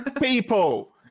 People